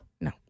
No